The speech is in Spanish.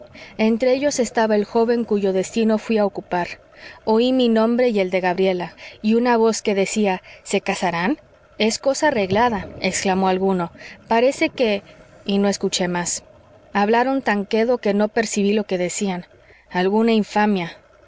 entre ellos estaba el joven cuyo destino fuí a ocupar oí mi nombre y el de gabriela y una voz que decía se casarán es cosa arreglada exclamó alguno parece que y no escuché más hablaron tan quedo que no percibí lo que decían alguna infamia